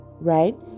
right